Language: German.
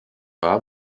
war